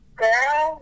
girl